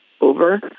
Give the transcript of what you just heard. over